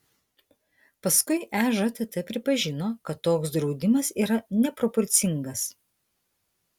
paskui ežtt pripažino kad toks draudimas yra neproporcingas